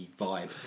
vibe